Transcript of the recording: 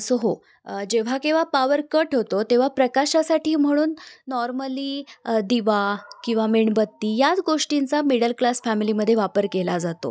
so हो जेव्हा केव्हा पावर कट होतो तेव्हा प्रकाशासाठी म्हणून नॉर्मली दिवा किंवा मिणबत्ती याच गोष्टींचा मिडल क्लास फॅमिलीमध्ये वापर केला जातो